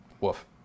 Woof